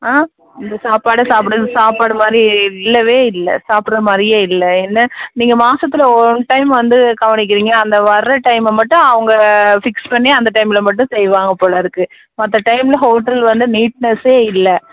ஆ இந்த சாப்பாடை சாப்பிட சாப்பாடு மாதிரியே இல்லவே இல்லை சாப்பிட்ற மாதிரியே இல்லை என்ன நீங்கள் மாசத்தில் ஒன் டைம் வந்து கவனிக்கிறீங்க அந்த வர்ற டைமை மட்டும் அவங்க ஃபிக்ஸ் பண்ணி அந்த டைமில் மட்டும் செய்வாங்க போல மற்ற டைமில் ஹோட்டல் வந்து நீட்நெஸ்ஸே இல்லை